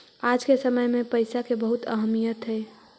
आज के समय में पईसा के बहुत अहमीयत हई